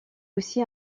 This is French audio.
aussi